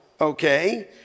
okay